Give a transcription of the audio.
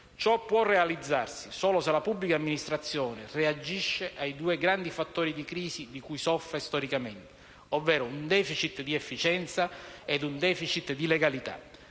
Ciò può realizzarsi solo se la pubblica amministrazione reagisce ai due grandi fattori di crisi di cui soffre storicamente, ovvero un *deficit* di efficienza ed un *deficit* di legalità.